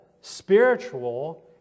spiritual